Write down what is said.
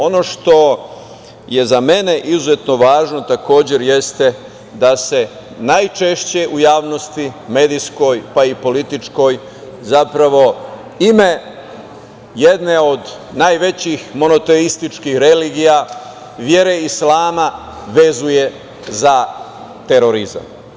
Ono što je za mene izuzetno važno jeste da se najčešće u medijsko javnosti pa i političkoj ime jedne od najvećih monoteističkih religija, vere islama, vezuje za terorizam.